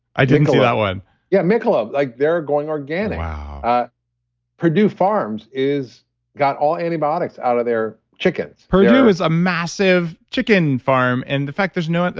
i didn't see that one yeah, michelob, like they're going organic wow ah perdue farms got all antibiotics out of their chickens perdue is a massive chicken farm, and the fact there's no.